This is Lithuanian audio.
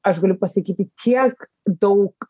aš galiu pasakyti kiek daug